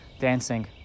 dancing